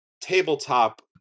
tabletop